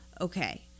okay